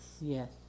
Yes